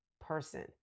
person